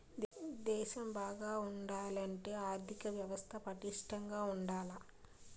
దేశం బాగా ఉండాలంటే ఆర్దిక వ్యవస్థ పటిష్టంగా ఉండాల